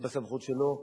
זה בסמכות שלו,